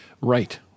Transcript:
right